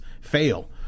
fail